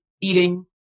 eating